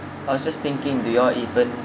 I was just thinking do you all even